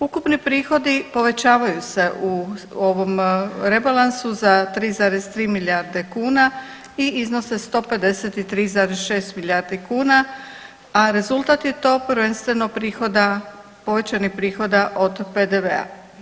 Ukupni prihodi povećavaju se u ovom rebalansu za 3,3 milijarde kuna i iznose 153,6 milijardi kuna, a rezultat je to prvenstveno prihoda, povećanih prihoda od PDV-a.